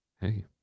Hey